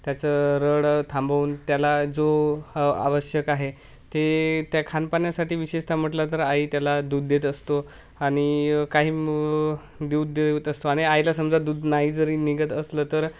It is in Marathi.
त्याचं रडं थांबवून त्याला जो आवश्यक आहे ते त्या खाणं पाण्यासाठी विशेषत म्हटलं तर आई त्याला दूध देत असतो आणि काही दूध देत असतो आणि आईला समजा दूध नाही जरी निघत असेल तर